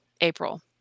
april